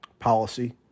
policy